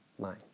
mind